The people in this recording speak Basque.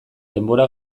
denbora